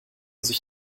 sich